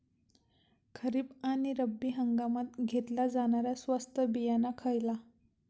खरीप आणि रब्बी हंगामात घेतला जाणारा स्वस्त बियाणा खयला?